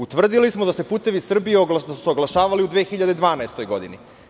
Utvrdili smo da su se "Putevi Srbije" oglašavali u 2012. godini.